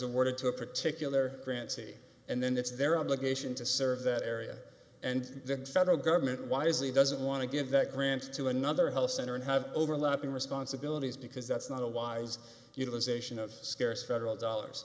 awarded to a particular grant see and then it's their obligation to serve that area and the federal government wisely doesn't want to give that grants to another health center and have overlapping responsibilities because that's not a wise utilization of scarce federal dollars